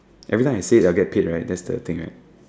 everything I say it I will get paid right that's the thing right